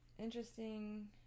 Interesting